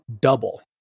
double